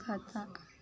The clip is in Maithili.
खर्चा